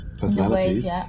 personalities